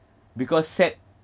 because sad